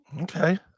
Okay